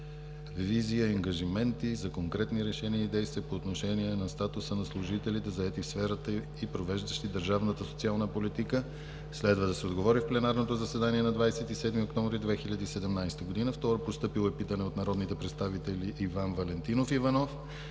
визия и ангажименти за конкретни решения и действия по отношение на статуса на служителите, заети в сферата и провеждащи държавната социална политика. Следва да се отговори в пленарното заседание на 27 октомври 2017 г. Постъпило е питане от народните представители Иван Валентинов Иванов